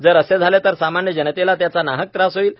जर असे झाले तर सामान्य जनतेला त्याचा नाहक त्रास होईल